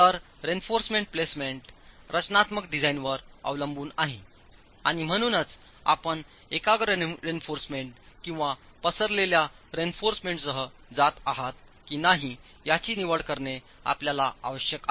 तर reinforcement placement रचनात्मक डिझाइनरवर अवलंबून आहे आणि म्हणूनच आपण एकाग्र रेइन्फॉर्समेंट किंवा पसरलेल्या रेइन्फॉर्समेंट सह जात आहात की नाही याची निवड करणे आपल्याला आवश्यक आहे